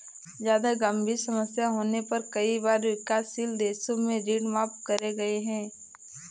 जादा गंभीर समस्या होने पर कई बार विकासशील देशों के ऋण माफ करे गए हैं